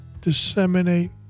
disseminate